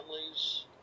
families